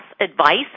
advice